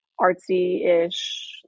artsy-ish